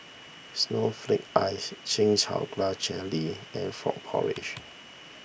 Snowflake Ice Chin Chow Grass Jelly and Frog Porridge